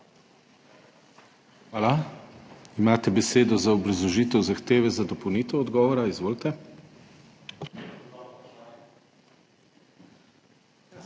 Hvala. Imate besedo za obrazložitev zahteve za dopolnitev odgovora. Izvolite.